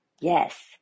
Yes